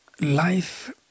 Life